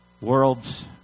world's